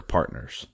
Partners